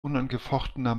unangefochtener